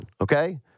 okay